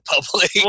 public